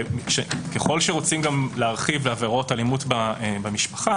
ככל שרוצים גם להרחיב לעבירות אלימות במשפחה,